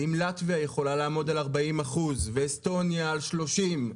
ואם לטביה יכולה לעמוד על 40 אחוזים ואסטוניה על 30,